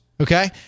Okay